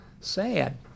sad